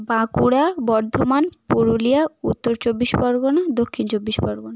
Bankura Bardhaman Purulia Uttar Chabbish Pargana Dakshin Chabbish Pargana